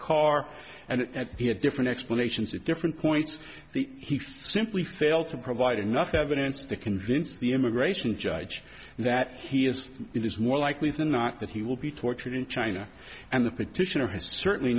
car and that he had different explanations at different points the he simply failed to provide enough evidence to convince the immigration judge that he is it is more likely than not that he will be tortured in china and the petitioner has certainly